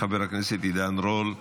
חבר הכנסת עידן רול.